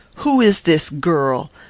who is this girl?